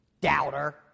Doubter